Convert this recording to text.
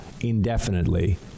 Indefinitely